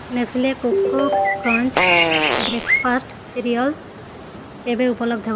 Nestle Koko Krunch breakfast cereal କେବେ ଉପଲବ୍ଧ